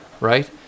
right